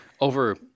over